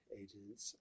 agents